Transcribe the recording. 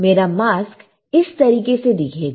मेरा मास्क इस तरीके से दिखेगा